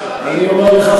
אני אומר לך,